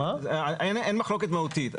אין מחלוקת מהותית.